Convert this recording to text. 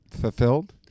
fulfilled